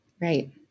Right